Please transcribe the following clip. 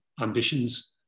ambitions